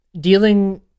dealing